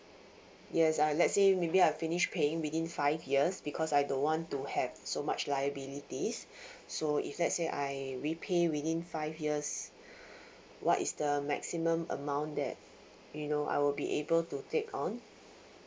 yes uh let say maybe I finish paying within five years because I don't want to have so much liabilities so if let say I will pay within five years what is the maximum amount that you know I will be able to take on